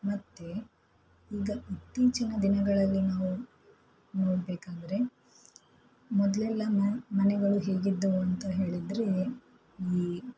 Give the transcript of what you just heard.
ಮತ್ತು ಈಗ ಇತ್ತೀಚಿನ ದಿನಗಳಲ್ಲಿ ನಾವು ನೋಡಬೇಕಾದ್ರೆ ಮೊದಲೆಲ್ಲ ಮ ಮನೆಗಳು ಹೇಗಿದ್ದವು ಅಂತ ಹೇಳಿದರೆ ಈ